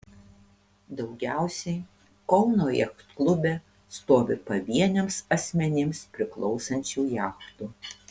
daugiausiai kauno jachtklube stovi pavieniams asmenims priklausančių jachtų